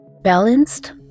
balanced